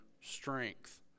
strength